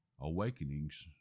awakenings